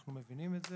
אנחנו מבינים את זה,